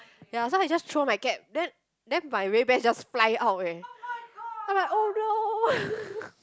ya so I just threw my cap then then my Ray Ban just fly out eh I'm like oh no